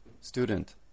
Student